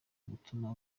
gutuma